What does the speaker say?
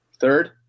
third